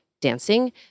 dancing